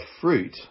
fruit